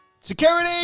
Security